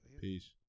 Peace